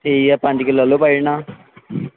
ठीक ऐ पंज किलो आलू पाई ओड़ना